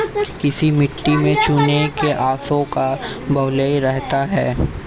किस मिट्टी में चूने के अंशों का बाहुल्य रहता है?